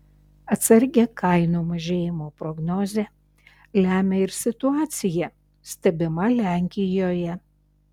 atsargią kainų mažėjimo prognozę lemia ir situacija stebima lenkijoje